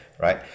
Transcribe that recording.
right